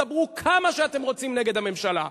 דברו כמה שאתם רוצים נגד הממשלה.